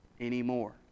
anymore